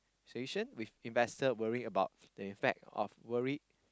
solution with investor worrying about the effect of worry